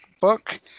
book